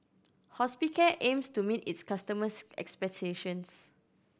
Hospicare aims to meet its customers' expectations